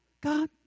God